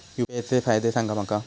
UPI चे फायदे सांगा माका?